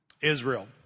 Israel